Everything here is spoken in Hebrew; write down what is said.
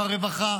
הרווחה,